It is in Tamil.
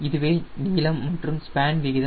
இதுவே நீளம் மற்றும் ஸ்பேன் விகிதம்